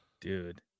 dude